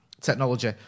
technology